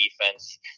defense